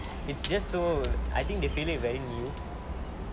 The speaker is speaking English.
it's just so I think they feel it very new